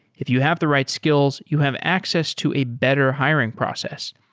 if you have the right skills, you have access to a better hiring process.